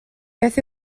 beth